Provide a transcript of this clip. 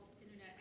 internet